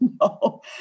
no